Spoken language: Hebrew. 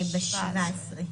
ב-17,